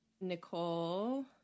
Nicole